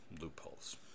loopholes